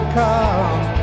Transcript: come